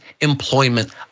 employment